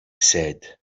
said